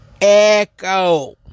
Echo